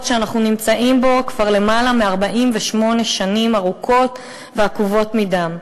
שאנחנו נמצאים בו כבר למעלה מ-48 שנים ארוכות ועקובות מדם.